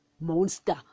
monster